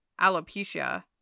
alopecia